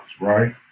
right